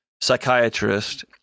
psychiatrist